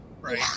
Right